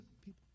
people